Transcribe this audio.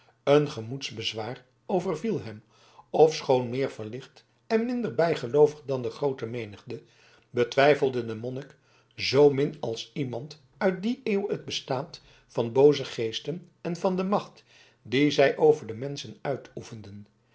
een gemoedsbezwaar overviel hem ofschoon meer verlicht en minder bijgeloovig dan de groote menigte betwijfelde de monnik zoomin als iemand uit die eeuw het bestaan van booze geesten en van de macht die zij over de menschen uitoefenden